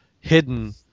hidden